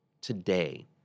today